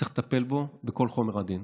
צריך לטפל בו בכל חומר הדין,